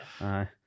Aye